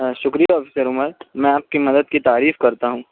شکریہ افضل عمر میں آپ کی مدد کی تعریف کرتا ہوں